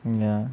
ya